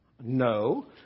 No